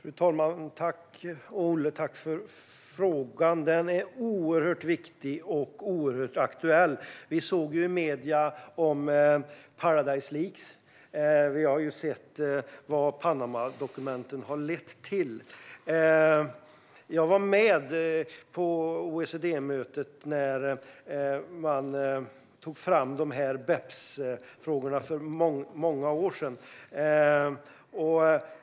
Fru talman! Tack, Olle, för frågan! Den är oerhört viktig och oerhört aktuell. Vi såg i medierna om paradise leak. Vi har sett vad Panamadokumenten har lett till. Jag var med på OECD-mötet när man tog fram BEPS-frågorna för många år sedan.